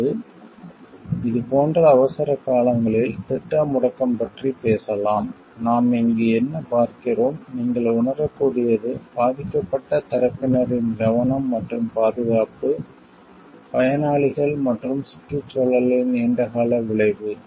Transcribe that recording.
அல்லது இது போன்ற அவசர காலங்களில் திட்ட முடக்கம் பற்றி பேசலாம் நாம் இங்கு என்ன பார்க்கிறோம் நீங்கள் உணரக்கூடியது பாதிக்கப்பட்ட தரப்பினரின் கவனம் மற்றும் பாதுகாப்பு பயனாளிகள் மற்றும் சுற்றுச்சூழலின் நீண்டகால விளைவு